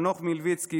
חנוך מלביצקי,